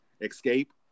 Escape